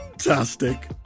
Fantastic